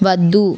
వద్దు